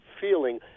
feeling